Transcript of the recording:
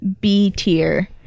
B-tier